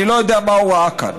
אני לא יודע מה הוא ראה כאן.